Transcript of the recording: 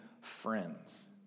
friends